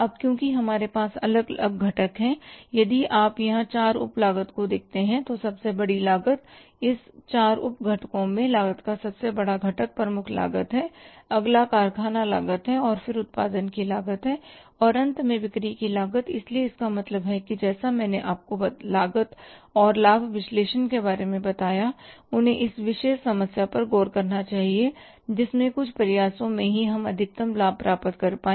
अब क्योंकि हमारे पास अलग अलग घटक हैं यदि आप यहां चार उप लागत को देखते हैं तो सबसे बड़ी लागत इस चार उप घटकों में लागत का सबसे बड़ा घटक प्रमुख लागत है अगला कारखाना लागत है फिर उत्पादन की लागत है और अंत में बिक्री की लागत इसलिए इसका मतलब है जैसा कि मैंने आपको लागत और लाभ विश्लेषण के बारे में बताया उन्हें उस विशेष समस्या पर गौर करना चाहिए जिसमें कुछ प्रयासों में ही हम अधिकतम लाभ प्राप्त कर पाए